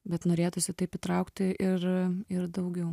bet norėtųsi taip įtraukti ir ir daugiau